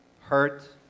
hurt